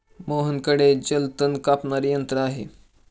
मोहनकडे जलतण कापणारे यंत्र आहे